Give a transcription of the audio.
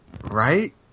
right